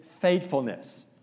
faithfulness